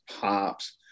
pops